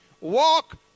Walk